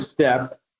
step